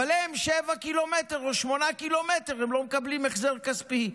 אבל הם 7 ק"מ או 8 ק"מ, הם לא מקבלים החזר כספי.